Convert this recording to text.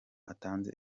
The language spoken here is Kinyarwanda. atanze